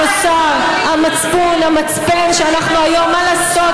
המוסר, המצפון, המצפן שאנחנו היום, מה לעשות?